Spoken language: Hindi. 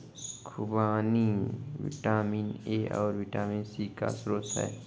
खूबानी विटामिन ए और विटामिन सी का स्रोत है